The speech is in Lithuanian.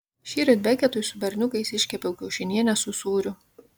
šįryt beketui su berniukais iškepiau kiaušinienę su sūriu